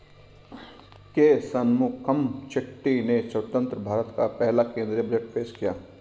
के शनमुखम चेट्टी ने स्वतंत्र भारत का पहला केंद्रीय बजट पेश किया